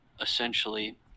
essentially